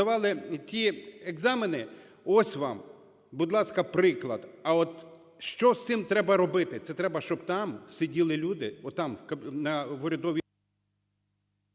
здавали ті екзамени. Ось вам, будь ласка, приклад. А от що з цим треба робити? Це треба, щоб там сиділи люди, отам, в урядовій…